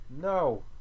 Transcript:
No